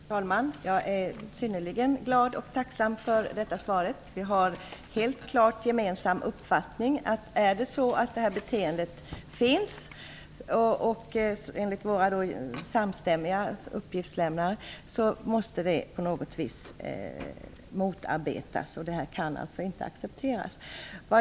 Fru talman! Jag är synnerligen glad och tacksam för svaret. Det är helt klart att vi har en gemensam uppfattning. Är det så att detta beteende finns, måste det på något vis motarbetas. Det kan alltså inte accepteras.